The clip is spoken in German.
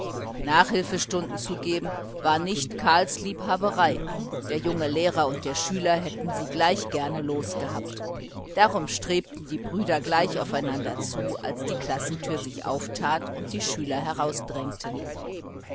nachhilfestunden zu geben war nicht karls liebhaberei der junge lehrer und der schüler hätten sie gleich gerne los gehabt darum strebten die brüder gleich aufeinander zu als die klassentüre sich auftat und die schüler herausdrängten